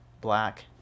black